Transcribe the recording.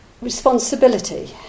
responsibility